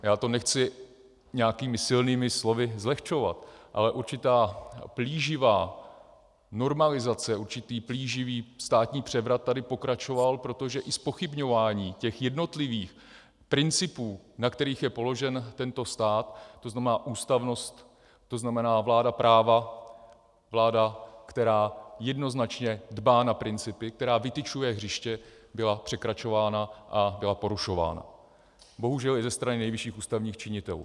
Já to nechci nějakými silnými slovy zlehčovat, ale určitá plíživá normalizace, určitý plíživý státní převrat tady pokračoval, protože i zpochybňování jednotlivých principů, na kterých je položen tento stát, to znamená ústavnost, to znamená vláda práva, vláda, která jednoznačně dbá na principy, která vytyčuje hřiště, byla překračována a byla porušována bohužel i ze strany nejvyšších ústavních činitelů.